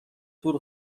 طول